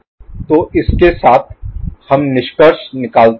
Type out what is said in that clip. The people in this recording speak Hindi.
g x16 x15 x2 1 तो इसके साथ हम निष्कर्ष निकालते हैं